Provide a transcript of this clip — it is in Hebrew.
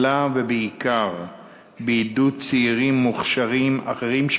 אלא בעיקר בעידוד צעירים מוכשרים אחרים,